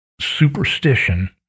superstition